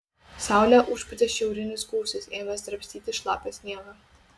saulę užpūtė šiaurinis gūsis ėmęs drabstyti šlapią sniegą